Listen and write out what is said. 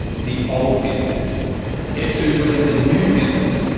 the old business f two was the new business.